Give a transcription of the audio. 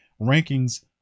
Rankings